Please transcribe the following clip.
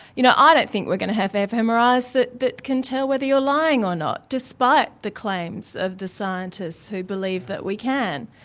you know, i ah don't think we're going to have fmris that that can tell whether you're lying or not despite the claims of the scientists who believe that we can.